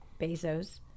Bezos